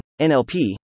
NLP